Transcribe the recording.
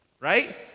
right